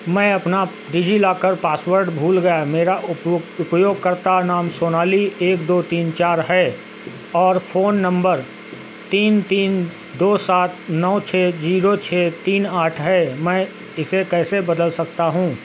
मैं अपना डिजिलॉकर पासवर्ड भूल गया मेरा उपयोग उपयोगकर्ता नाम सोनाली एक दो तीन चार है और फ़ोन नंबर तीन तीन दो सात नौ छः जीरो छः तीन आठ है मैं इसे कैसे बदल सकता हूँ